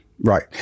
Right